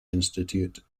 institute